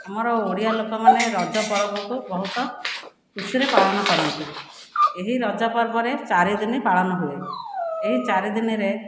ଆମର ଓଡ଼ିଆ ଲୋକମାନେ ରଜ ପର୍ବକୁ ବହୁତ ଖୁସିରେ ପାଳନ କରନ୍ତି ଏହି ରଜ ପର୍ବରେ ଚାରି ଦିନ ପାଳନ ହୁଏ ଏହି ଚାରି ଦିନରେ